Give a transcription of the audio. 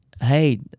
Hey